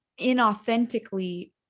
inauthentically